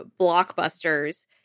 blockbusters